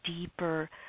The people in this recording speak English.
deeper